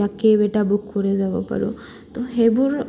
ইয় কেব এটা বুক কৰি যাব পাৰোঁ তো সেইবোৰ